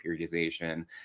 periodization